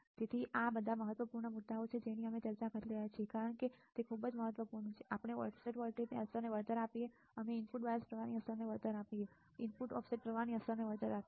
તેથી આ બધા મહત્વપૂર્ણ મુદ્દાઓ છે જેની અમે ચર્ચા કરી રહ્યા છીએ કારણ કે તે ખૂબ જ મહત્વપૂર્ણ છે કે આપણે ઓફસેટ વોલ્ટેજની અસરને વળતર આપીએ અમે ઇનપુટ બાયસ પ્રવાહની અસરને વળતર આપીએ અમે ઇનપુટ ઓફસેટ પ્રવાહની અસરને વળતર આપીએ